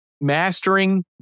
Mastering